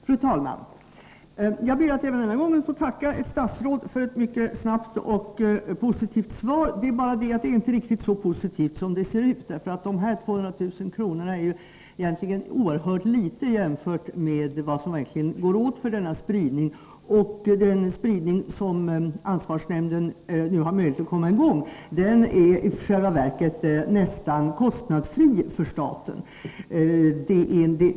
Fru talman! Jag ber att även denna gång få tacka ett statsråd för ett mycket snabbt och positivt svar. Men svaret är inte riktigt så positivt som det ser ut, därför att dessa 200 000 kr. egentligen är en oerhört liten summa jämfört med vad som verkligen går åt för denna spridning. Den spridning som hälsooch sjukvårdens ansvarsnämnd nu har möjlighet att komma i gång med är i själva verket nästan kostnadsfri för staten.